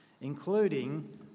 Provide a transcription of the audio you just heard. including